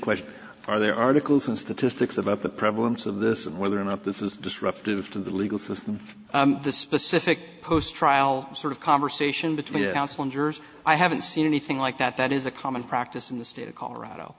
question are there articles and statistics about the prevalence of this and whether or not this is disruptive to the legal system the specific post trial sort of conversation between house hunters i haven't seen anything like that that is a common practice in the state of colorado